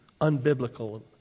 unbiblical